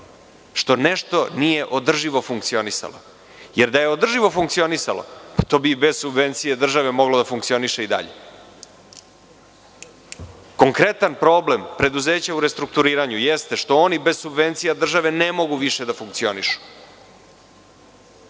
što nešto nije održivo funkcionisalo jer da je održivo funkcionisalo to bi bez subvencije države moglo da funkcioniše i dalje. Konkretan problem preduzeća u restrukturiranju jeste što oni bez subvencija države ne mogu više da funkcionišu.